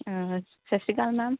ਸਤਿ ਸ਼੍ਰੀ ਅਕਾਲ ਮੈਮ